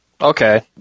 Okay